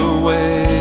away